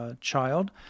child